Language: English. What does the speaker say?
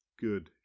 Good